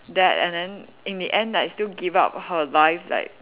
that and then in the end like still give up her life like